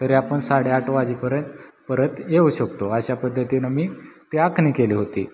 तरी आपण साडेआठ वाजेपर्यंत परत येऊ शकतो अशा पद्धतीनं मी ती आखणी केली होती